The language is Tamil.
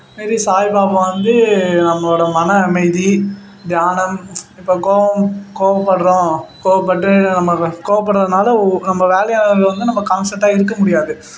இது மாரி சாய்பாபா வந்து நம்மளோடய மன அமைதி தியானம் இப்போ கோபம் கோபப்பட்றோம் கோபப்பட்டு நமக்கு கோபப்பட்றதுனால ஓ நம்ப வேலை வந்து நம்ப கான்சன்ட்டாக இருக்க முடியாது